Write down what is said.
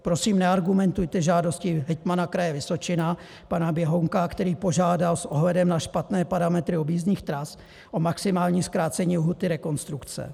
Prosím, neargumentujte žádostí hejtmana Kraje Vysočina pana Běhounka, který požádal s ohledem na špatné parametry objízdných tras o maximální zkrácení lhůty rekonstrukce.